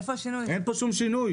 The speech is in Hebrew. אין כאן כל שינוי.